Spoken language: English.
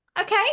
Okay